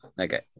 Okay